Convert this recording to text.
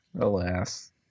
Alas